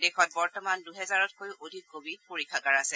দেশত বৰ্তমান দুহেজাৰতকৈ অধিক কোৱিড পৰীক্ষাগাৰ আছে